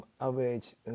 average